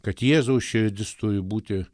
kad jėzaus širdis turi būti